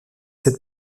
sept